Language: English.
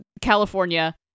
California